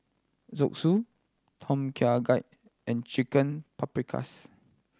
Zosui Tom Kha Gai and Chicken Paprikas